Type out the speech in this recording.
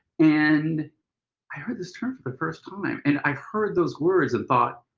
and i heard this term for the first time. and i heard those words and thought,